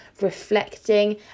reflecting